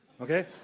okay